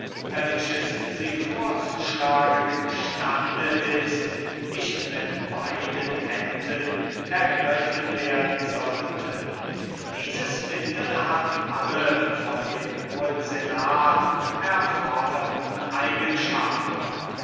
welches sie vorzuschlagen im stande ist nicht mit beiden händen ergriffen werden sollte dieses mittel hat alle von dem hohen senat erforderten eigenschaften